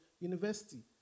university